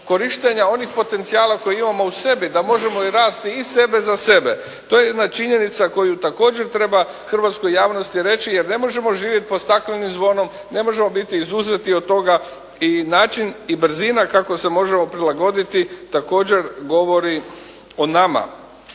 korištenja onih potencijala koje imamo u sebi da možemo i rasti iz sebe za sebe. To je jedna činjenica koju također treba hrvatskoj javnosti reći jer ne možemo živjeti pod staklenim zvonom, ne možemo biti izuzeti od toga i način i brzina kako se možemo prilagoditi također govori o nama.